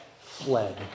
fled